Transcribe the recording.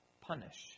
punish